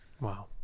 Wow